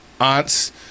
aunts